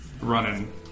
running